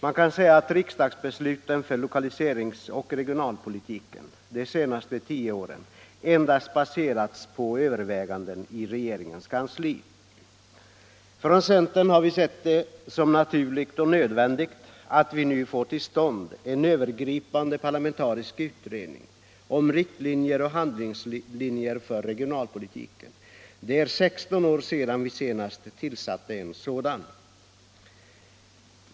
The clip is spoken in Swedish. Man kan säga att riksdagsbesluten för lokaliserings och regionalpolitiken de senaste tio åren endast baserats på överväganden i regeringens kansli. Från centern har vi sett det som naturligt och nödvändigt att nu få till stånd en övergripande parlamentarisk utredning om riktlinjer och handlingslinjer för regionalpolitiken. Det är 16 år sedan vi senast tillsatte en sådan utredning.